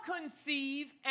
conceive